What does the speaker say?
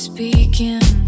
Speaking